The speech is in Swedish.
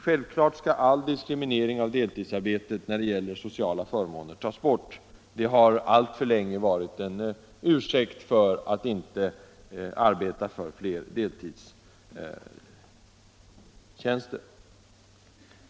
Självfallet skall all diskriminering av deltidsarbetet när det gäller sociala förmåner tas bort. Bristen på sociala förmåner har alltför länge varit en ursäkt för att inte arbeta för fler deltidstjänster.